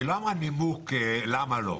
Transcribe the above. נימוק למה לא.